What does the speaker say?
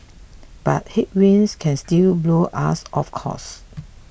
but headwinds can still blow us off course